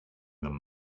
them